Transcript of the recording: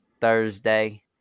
thursday